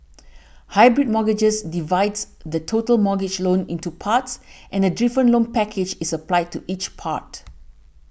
hybrid mortgages divides the total mortgage loan into parts and a different loan package is applied to each part